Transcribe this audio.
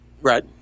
Right